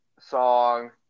Song